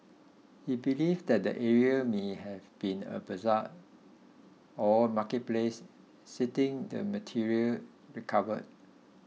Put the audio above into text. he believed that the area may have been a bazaar or marketplace citing the material recovered